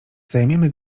zajmiemy